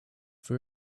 for